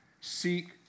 Seek